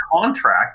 contract